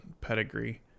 pedigree